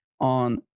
on